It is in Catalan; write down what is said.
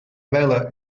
vela